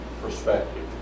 perspective